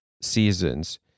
seasons